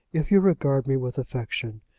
if you regard me with affection,